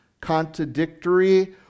contradictory